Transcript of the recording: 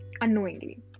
unknowingly